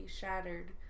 shattered